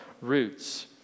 roots